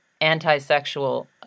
anti-sexual